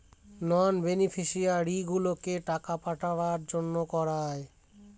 নন বেনিফিশিয়ারিগুলোকে টাকা পাঠাবার জন্য করায়